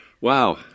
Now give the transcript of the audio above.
Wow